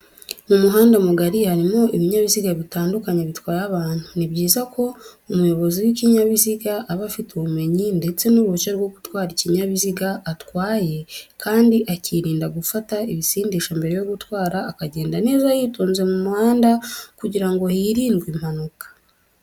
Mu muhanda mugari harimo ibinyabiziga bitandukanye bitwaye abantu, ni byiza ko umuyobozi w'ikinyabiziga aba afite ubumenyi ndetse n'uruhushya rwo gutwa ikinyabiziga atwaye kandi akirinda gufata ibisindisha mbere yo gutwara akagenda neza yitonze mu muhanda, kugira ngo hirindwe impanuka